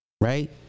Right